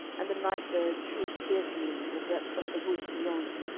and the night-birds shrieked fearsomely in the depth of the woods beyond,